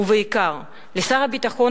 ובעיקר לשר הביטחון,